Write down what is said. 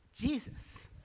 Jesus